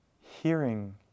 hearing